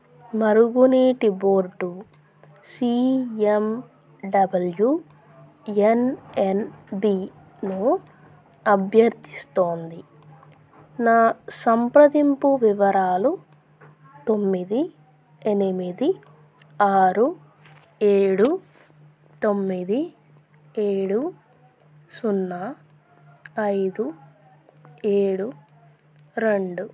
మరుగునీటి board C M W N N బీను అభ్యర్థిస్తోంది నా సంప్రదింపు వివరాలు తొమ్మిది ఎనిమిది ఆరు ఏడు తొమ్మిది ఏడు సున్నా ఐదు ఏడు రెండు